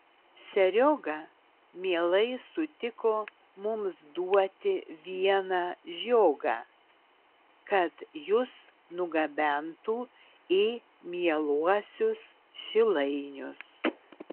serioga mielai sutiko mums duoti vieną žiogą kad jus nugabentų į mieluosius šilainius